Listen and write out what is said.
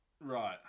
Right